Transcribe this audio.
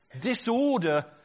disorder